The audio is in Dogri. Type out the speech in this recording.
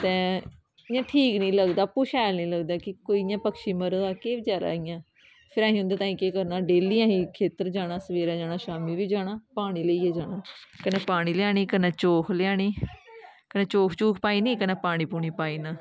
ते इ'यां ठीक निं लगदा आपूं शैल निं लगदा कि कोई इ'यां पक्षी मरे दा केह् बचैरा इ'यां फिर असीं उं'दे ताईं असें केह् करना डेली असीं खेत्तर जाना सवेरे जाना शाम्मी बी जाना पानी लेइयै जाना कन्नै पानी लेआनी कन्नै चोग लेआनी कन्नै चोग चूग पाई ओड़नी कन्नै पानी पूनी पाई ओड़ना